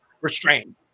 restrained